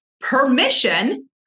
permission